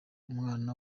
umwana